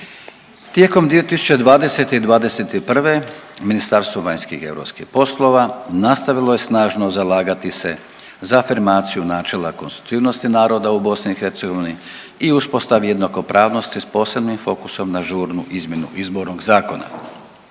Tijekom 2020. i '21. Ministarstvo vanjskih i europskih poslova nastavilo je snažno zalagati se za afirmaciju načela konstitutivnosti naroda u BiH i uspostavi jednakopravnosti s posebnim fokusom na žurnu izmjenu izbornog zakona.